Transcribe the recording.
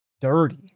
dirty